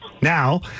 Now